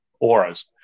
auras